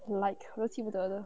like 我都不记得的